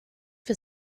für